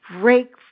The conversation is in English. break